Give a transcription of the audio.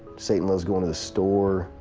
satan loves going to the store.